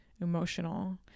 emotional